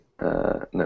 No